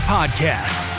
Podcast